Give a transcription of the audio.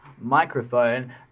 microphone